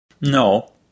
No